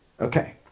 Okay